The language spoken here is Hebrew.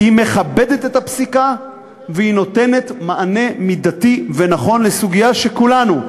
היא מכבדת אותה והיא נותנת מענה מידתי ונכון לסוגיה שכולנו,